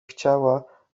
chciała